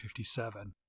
1957